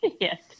Yes